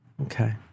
Okay